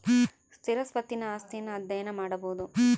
ಸ್ಥಿರ ಸ್ವತ್ತಿನ ಆಸ್ತಿಯನ್ನು ಅಧ್ಯಯನ ಮಾಡಬೊದು